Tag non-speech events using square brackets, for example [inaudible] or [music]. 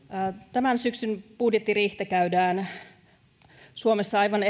tämän syksyn budjettiriihtä käydään suomessa aivan [unintelligible]